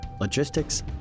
logistics